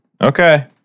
Okay